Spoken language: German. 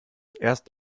erst